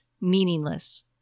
meaningless